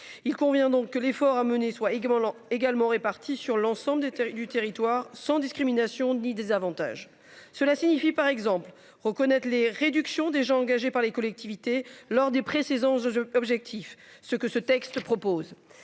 Il convient donc que l'effort à mener soit également également répartis sur l'ensemble du du territoire sans discrimination dit avantages cela signifie par exemple reconnaître les réductions déjà engagés par les collectivités lors des pré-ces enjeux objectifs ce que ce texte propose